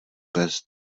pes